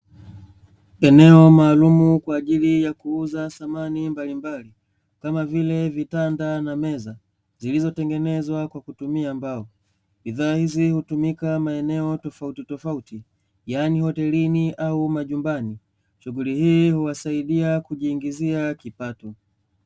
Eneo maalumu kwa ajili ya kuuza samani mbalimbali, kama vile vitanda na meza zilizotengenezwa kwa kutumia bidhaa za mbao, hutumika maeneo tofauti tofauti yaani hotelini au majumbani shughuli hii huwasaidia kujiingizia kipato.